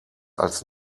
als